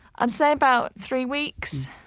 i'd say about three weeks?